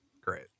Great